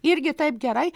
irgi taip gerai